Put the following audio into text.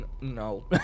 no